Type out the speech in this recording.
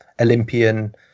Olympian